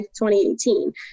2018